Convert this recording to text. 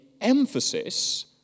emphasis